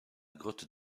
grotte